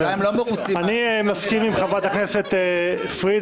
אולי הם לא מרוצים --- אני מסכים עם חברת הכנסת פרידמן.